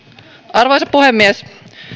arvoisa puhemies